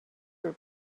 were